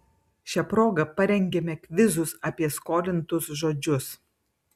šia proga parengėme kvizus apie skolintus žodžius